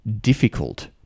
difficult